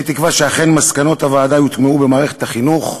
אני תקווה שאכן מסקנות הוועדה יוטמעו במערכת החינוך.